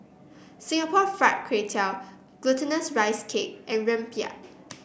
Singapore Fried Kway Tiao Glutinous Rice Cake and Rempeyek